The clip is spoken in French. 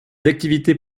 activités